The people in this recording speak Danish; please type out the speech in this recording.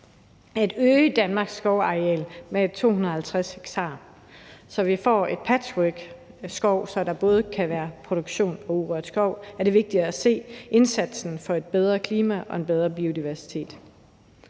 at øge Danmarks skovareal med 250 ha, så vi får et patchwork af skov, hvor der både kan være produktion og urørt skov, og der er det vigtigt med indsatsen for et bedre klima og en bedre biodiversitet.